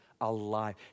alive